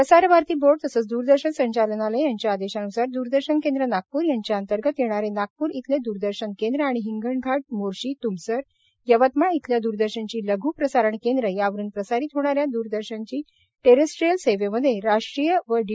प्रसार भारती बोर्ड तसेच द्रदर्शन संचालनालय यांच्या आदेशानुसार द्रदर्शन केंद्र नागपूर यांच्या अंतर्गत येणारे नागपूर येथील दूरदर्शन केंद्र आणि हिंगणघाट मोर्शी त्मसर यवतमाल येथील द्रदर्शनची लघ् प्रसारण केंद्र यावरुन प्रसारत होणा या दूरदर्शनची टेरेस्ट्रियल सेवेमध्ये राष्ट्रीय व डी